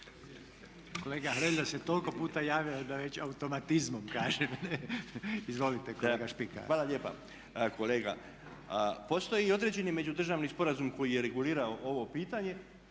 Gospodin Hrelja se toliko puta javio da već automatizmom kažem. Izvolite kolega Špika. **Špika, Milivoj (BUZ)** Hvala lijepa kolega. Postoji i određeni međudržavni sporazum koji je regulirao ovo pitanje